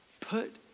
Put